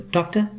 Doctor